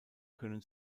können